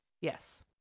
Yes